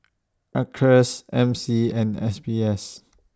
Acres M C and S B S